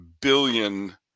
billion